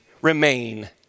remain